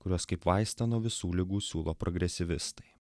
kuriuos kaip vaistą nuo visų ligų siūlo progresyvistai